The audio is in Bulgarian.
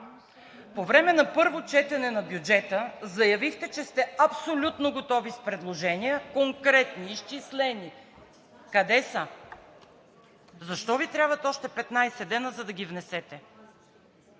По време на първо четене на бюджета заявихте, че сте абсолютно готови с предложения – конкретни, изчислени. Къде са? Защо Ви трябват още 15 дни, за да ги внесете?